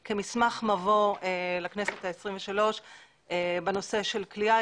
רב כמסמך מבוא לכנסת ה-23 בנושא של כליאה.